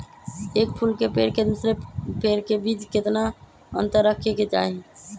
एक फुल के पेड़ के दूसरे पेड़ के बीज केतना अंतर रखके चाहि?